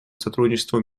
сотрудничеству